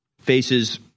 faces